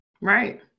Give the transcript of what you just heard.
Right